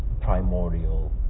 primordial